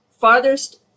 farthest